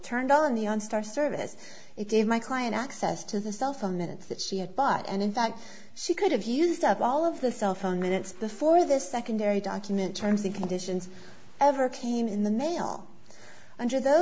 turned on the on star service it gave my client access to the cell phone minutes that she had bought and in fact she could have used up all of the cell phone minutes before the secondary document terms and conditions ever came in the mail under those